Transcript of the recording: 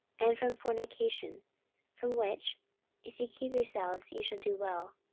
and from fornication from which if ye keep yourselves, ye shall do well.